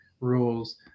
rules